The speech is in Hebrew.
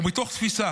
ומתוך תפיסה